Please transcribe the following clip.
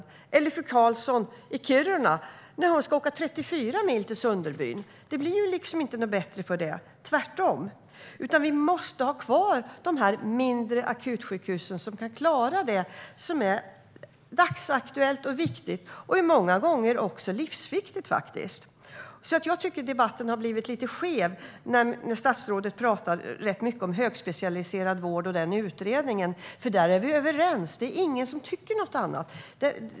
Eller för den delen fru Karlsson i Kiruna när hon måste åka 34 mil till Sunderbyn? Det blir ju inte bättre för dem, tvärtom. Vi måste ha kvar de mindre akutsjukhusen som kan klara av det dagsaktuella och viktiga. Många gånger är detta också livsviktigt. Jag tycker att debatten har blivit lite skev när statsrådet ägnar mycket tid åt högspecialiserad vård och utredningen om denna. Vi är överens om just det - det är ingen som tycker något annat.